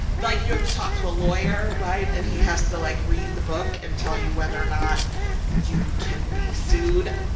like, you have to talk to a lawyer, right? and he has, like, read the book and tell you whether or not you can be sued,